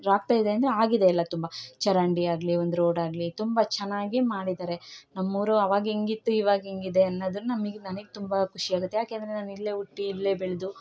ರಾಕ್ತ ಇದೆ ಅಂದರೆ ಆಗಿದೆ ಎಲ್ಲ ತುಂಬ ಚರಂಡಿ ಆಗಲಿ ಒಂದು ರೋಡ್ ಆಗಲಿ ತುಂಬ ಚೆನ್ನಾಗಿ ಮಾಡಿದಾರೆ ನಮ್ಮ ಊರು ಅವಾಗ ಹೆಂಗಿತ್ತು ಇವಾಗ ಹೆಂಗಿದೆ ಅನ್ನೋದು ನಮಗ್ ನನಗ್ ತುಂಬ ಖುಷಿ ಆಗತ್ತೆ ಯಾಕೆ ಅಂದ್ರೆ ನಾನು ಇಲ್ಲೇ ಹುಟ್ಟಿ ಇಲ್ಲೇ ಬೆಳೆದು